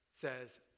says